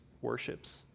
worships